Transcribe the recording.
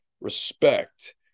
respect